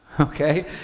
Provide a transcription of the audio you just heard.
Okay